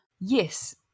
Yes